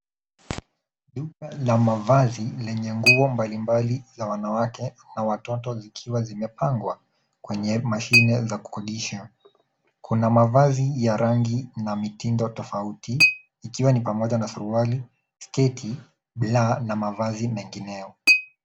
Duka la mavazi lenye nguo mbalimbali za wanawake na watoto zikiwa zimepangwa kwenye mashine za kodisha. Kuna mavazi ya rangi na mitindo tofauti ikiwa ni pamoja na suruali, sketi, bra na mavazi mengineyo.